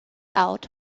out